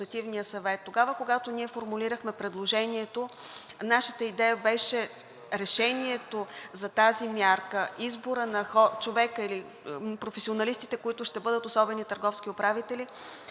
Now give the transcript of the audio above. Тогава, когато ние формулирахме предложението, нашата идея беше решението за тази мярка – изборът на човека или професионалистите, които ще бъдат особени търговски управители,